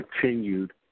continued